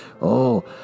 Oh